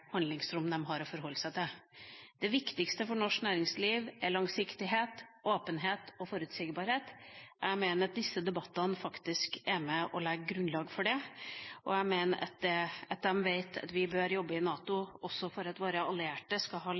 handlingsrom de har å forholde seg til. Det viktigste for norsk næringsliv er langsiktighet, åpenhet og forutsigbarhet. Jeg mener at disse debattene faktisk er med og legger grunnlag for det, og jeg mener at vi bør jobbe i NATO også for at våre allierte skal ha